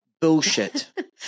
Bullshit